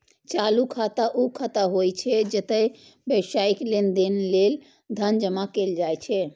चालू खाता ऊ खाता होइ छै, जतय व्यावसायिक लेनदेन लेल धन जमा कैल जाइ छै